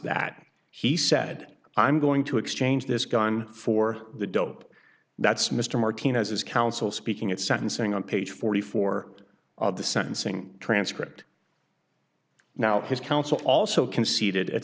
that he said i'm going to exchange this gun for the dope that's mr martinez his counsel speaking at sentencing on page forty four of the sentencing transcript now his counsel also conceded at